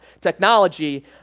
technology